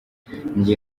njye